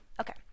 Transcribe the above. okay